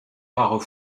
rares